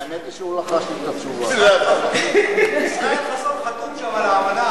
האמת היא שהוא לא, ישראל חסון חתום שם על האמנה,